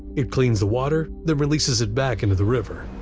it cleans the water then releases it back into the river.